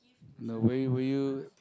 in a way will you